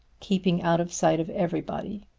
keeping out of sight of everybody.